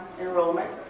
enrollment